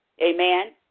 Amen